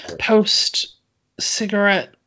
post-cigarette